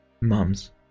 mums